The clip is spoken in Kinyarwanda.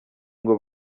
ngo